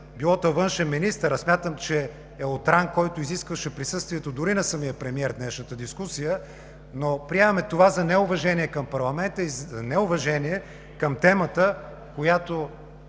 било то външен министър, а смятам, че е от ранг, който изискваше присъствието дори на самия премиер в днешната дискусия, но приемаме това за неуважение към парламента и за неуважение към темата, която